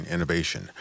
Innovation